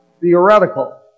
theoretical